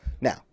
Now